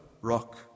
rock